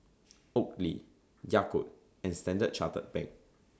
Oakley Yakult and Standard Chartered Bank